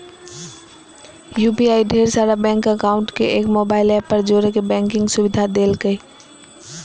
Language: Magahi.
यू.पी.आई ढेर सारा बैंक अकाउंट के एक मोबाइल ऐप पर जोड़े के बैंकिंग सुविधा देलकै